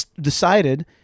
decided